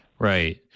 Right